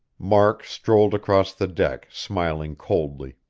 mark strolled across the deck, smiling coldly.